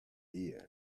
ears